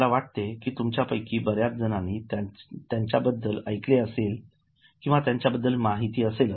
मला वाटते की तुमच्यापैकी बर्याच जणांनी त्यांच्याबद्दल ऐकले असेल किंवा त्याच्याबद्दल माहिती असेल